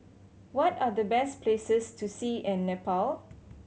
what are the best places to see in Nepal